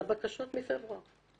לבקשות מפברואר